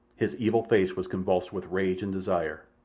his evil face was convulsed with rage and desire.